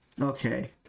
Okay